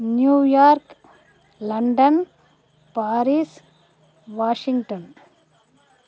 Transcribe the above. New York London Paris Washington